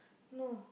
no